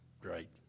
great